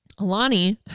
Alani